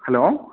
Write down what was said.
hello